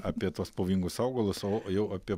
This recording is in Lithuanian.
apie tuos pavojingus augalus o jau apie